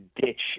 ditch